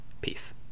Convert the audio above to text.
peace